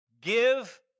Give